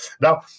Now